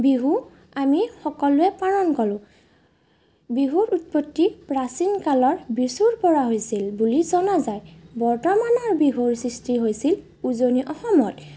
বিহু আমি সকলোৱে পালন কৰোঁ বিহুৰ উৎপত্তি প্ৰাচীন কালৰ বিছুৰ পৰা হৈছিল বুলি জনা যায় বৰ্তমানৰ বিহুৰ সৃষ্টি হৈছিল উজনী অসমত